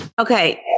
Okay